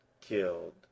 killed